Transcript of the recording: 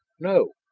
no!